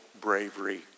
bravery